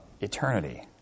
eternity